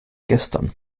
gestern